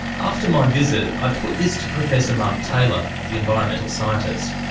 after my visit, i put this to professor mark taylor, the environmental scientist.